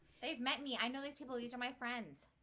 they've met me i know these people these are my friends.